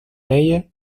mayer